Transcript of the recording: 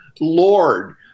lord